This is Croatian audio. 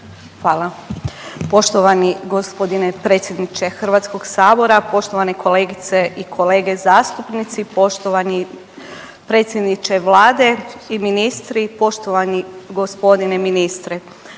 Hvala. Poštovani gospodine predsjedniče Hrvatskog sabora, poštovane kolegice i kolege zastupnici, poštovani predsjedniče Vlade i ministri, poštovani gospodine ministre.